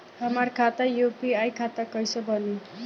हमार खाता यू.पी.आई खाता कइसे बनी?